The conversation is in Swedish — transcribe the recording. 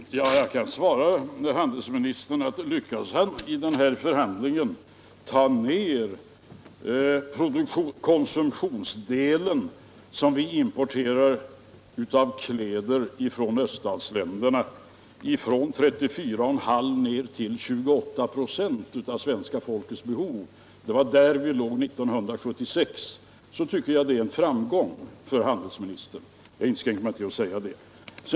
Herr talman! Jag kan svara handelsministern: Lyckas handelsministern vid denna förhandling ta ner den konsumtionsdel av kläder som vi importerar från öststatsländerna från 34,5 till 28 96 av svenska folkets behov —- vi låg där 1976 — så tycker jag att det är en framgång för handelsministern. Jag inskränker mig till att säga det.